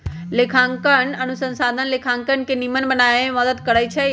लेखांकन अनुसंधान लेखांकन के निम्मन बनाबे में मदद करइ छै